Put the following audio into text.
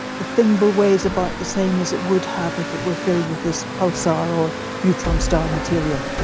the thimble weighs about the same as it would have if it were filled with this pulsar or neutron star material.